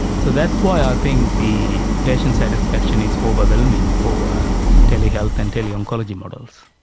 so that's why i think the patient satisfaction is overwhelming for tele-health and tele-oncology models.